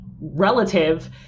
relative